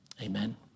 Amen